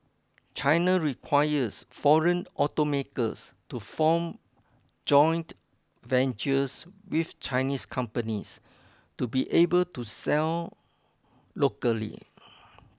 China requires foreign automakers to form joint ventures with Chinese companies to be able to sell locally